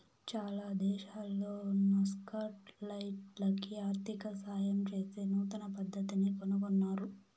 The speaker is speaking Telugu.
చాలా దేశాల్లో నక్సలైట్లకి ఆర్థిక సాయం చేసే నూతన పద్దతిని కనుగొన్నారు